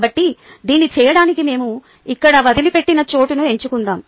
కాబట్టి దీన్ని చేయడానికి మేము ఇక్కడ వదిలిపెట్టిన చోటును ఎంచుకుందాం